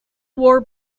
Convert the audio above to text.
war